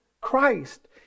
Christ